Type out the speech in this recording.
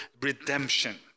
redemption